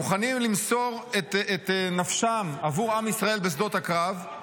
מוכנים למסור את נפשם עבור עם ישראל בשדות הקרב,